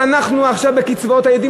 ואנחנו עכשיו בקיצוץ קצבאות הילדים